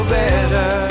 better